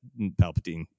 Palpatine